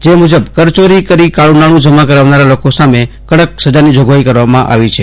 જે મુજબ કર ચોરી કરી કાળુ નાળુ જમા કરનારા લોકો માટે કડક સજાની જોગવાઈ કરવામાં આવી છે